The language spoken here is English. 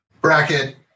bracket